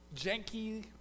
janky